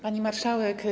Pani Marszałek!